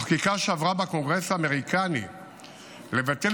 החקיקה שעברה בקונגרס האמריקאי לבטל